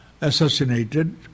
assassinated